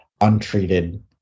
untreated